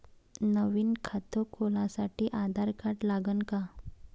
नवीन खात खोलासाठी आधार कार्ड लागन का?